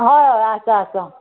हय हय आसा आसा